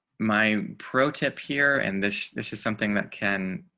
my pro tip here and this, this is something that can